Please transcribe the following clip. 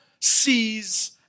sees